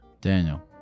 Daniel